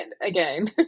again